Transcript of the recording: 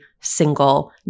single